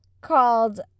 called